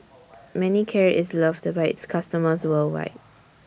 Manicare IS loved By its customers worldwide